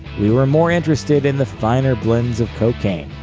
we were more interested in the finer blends of cocaine.